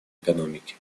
экономики